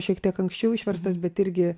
šiek tiek anksčiau išverstas bet irgi